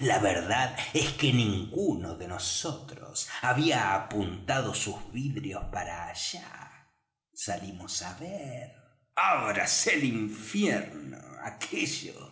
la verdad es que ninguno de nosotros había apuntado sus vidrios para allá salimos á ver ábrase el infierno aquello